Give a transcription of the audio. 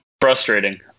frustrating